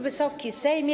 Wysoki Sejmie!